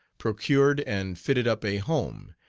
procured and fitted up a home,